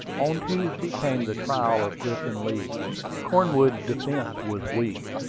on tuesday came the trial of griffin leeds. cornwood's defence was weak,